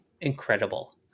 incredible